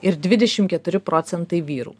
ir dvidešimt keturi procentai vyrų